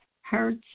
hurts